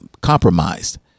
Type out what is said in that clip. compromised